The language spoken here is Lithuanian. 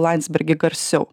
landsbergį garsiau